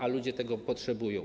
A ludzie tego potrzebują!